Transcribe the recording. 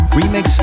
remix